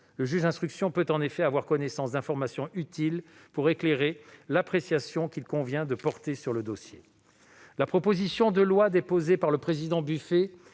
Le juge d'instruction peut en effet avoir connaissance d'informations utiles pour éclairer l'appréciation qu'il convient de porter sur le dossier. La proposition de loi déposée par François-Noël Buffet